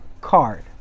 card